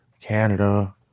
Canada